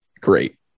great